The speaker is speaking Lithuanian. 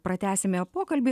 pratęsime pokalbį